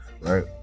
Right